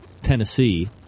Tennessee